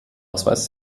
ausweis